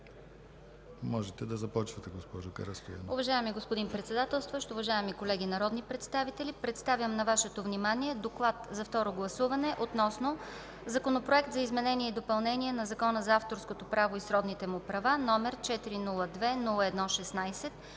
Можете да започнете, госпожо Карастоянова.